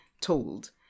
told